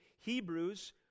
Hebrews